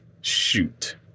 shoot